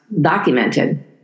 documented